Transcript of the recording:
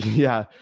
yeah.